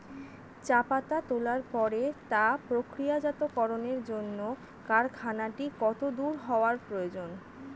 চা পাতা তোলার পরে তা প্রক্রিয়াজাতকরণের জন্য কারখানাটি কত দূর হওয়ার প্রয়োজন?